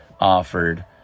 offered